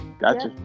Gotcha